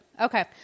Okay